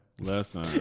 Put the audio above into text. Listen